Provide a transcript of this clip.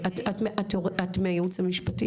אתם מהייעוץ המשפטי?